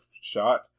shot